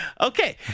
Okay